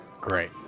Great